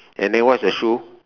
and then what's the shoe